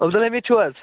عبدُل الحمیٖد چھِو حظ